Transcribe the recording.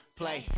play